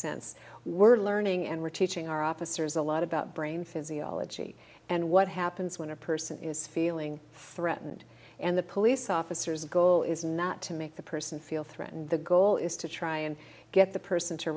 sense we're learning and we're teaching our officers a lot about brain physiology and what happens when a person is feeling threatened and the police officers go is not to make the person feel threatened the goal is to try and get the person to